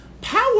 Power